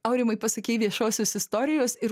aurimai pasakei viešosios istorijos ir